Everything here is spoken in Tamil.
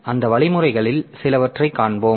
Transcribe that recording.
அந்த வழிமுறைகளில் சிலவற்றைக் காண்போம்